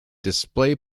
display